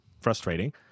frustrating